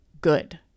good